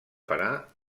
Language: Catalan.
parar